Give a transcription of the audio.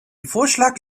vorschlag